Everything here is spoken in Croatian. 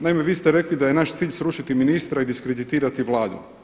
Naime, vi ste rekli da je naš cilj srušiti ministra i diskreditirati Vladu.